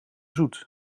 zoet